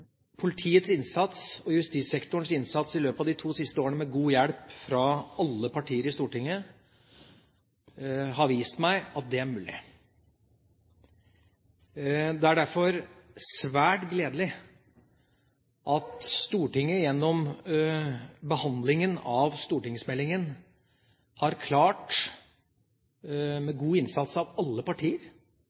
Politiets og justissektorens innsats i løpet av de to siste årene – med god hjelp fra alle partier i Stortinget – har vist meg at det er mulig. Det er derfor svært gledelig at Stortinget gjennom behandlingen av stortingsmeldingen har klart – med god innsats fra alle partier